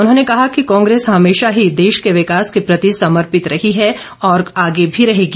उन्होंने कहा कि कांग्रेस हमेशा ही देश के विकास के प्रति समर्पित रही है और आगे भी रहेगी